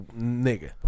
nigga